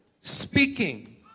speaking